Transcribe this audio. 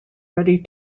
ready